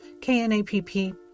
K-N-A-P-P